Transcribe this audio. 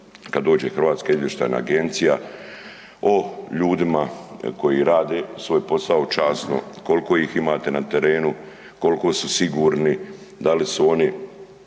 razgovarali kada dođe HINA o ljudima koji rade svoj posao časno, koliko ih imate na terenu, koliko su sigurni, da li su oni